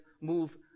move